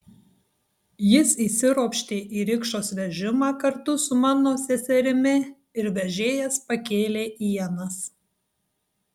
jis įsiropštė į rikšos vežimą kartu su mano seserimi ir vežėjas pakėlė ienas